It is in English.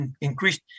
increased